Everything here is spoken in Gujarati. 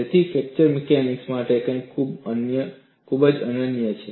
તેથી ફ્રેક્ચર મિકેનિક્સ માટે કંઈક ખૂબ જ અનન્ય છે